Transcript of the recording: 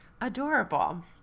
adorable